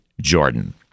Jordan